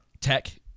tech